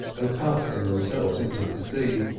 and casting themselves into the sea,